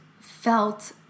felt